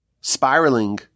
spiraling